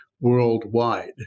worldwide